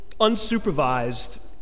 unsupervised